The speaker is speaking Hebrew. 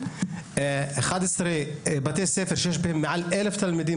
ב-11 מהם יש מעל 1,000 תלמידים,